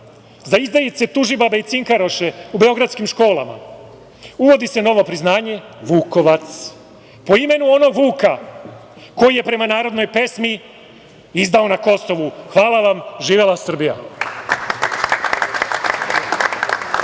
za izdajice, tužibabe i cinkaroše u beogradskim školama uvodi se novo priznanje „vukovac“, po imenu onog Vuka koji je prema narodnoj pesmi izdao na Kosovu. Hvala vam. Živela Srbija.